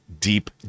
deep